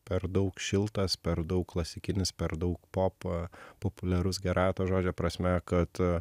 per daug šiltas per daug klasikinis per daug pop populiarus gerąja ta žodžio prasme kad